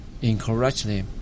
incorrectly